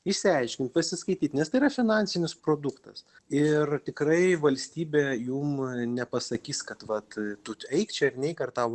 išsiaiškint pasiskaityt nes tai yra finansinis produktas ir tikrai valstybė jum nepasakys kad vat tu eik čia ar neik ar tau